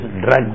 drugs